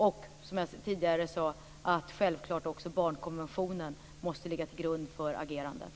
Och, som jag tidigare sade, måste självklart också barnkonventionen ligga till grund för agerandet.